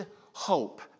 hope